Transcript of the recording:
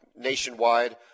nationwide